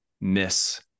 miss